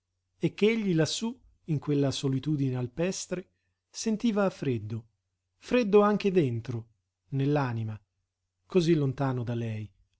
e ch'egli lassù in quella solitudine alpestre sentiva freddo freddo anche dentro nell'anima cosí lontano da lei